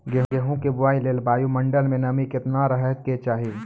गेहूँ के बुआई लेल वायु मंडल मे नमी केतना रहे के चाहि?